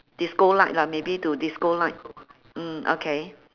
disco light lah maybe to disco light mm okay